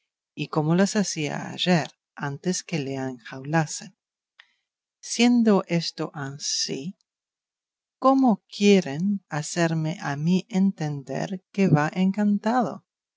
y como las hacía ayer antes que le enjaulasen siendo esto ansí cómo quieren hacerme a mí entender que va encantado